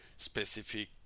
specific